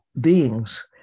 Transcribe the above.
beings